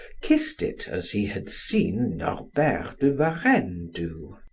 kissed it as he had seen norbert de varenne do.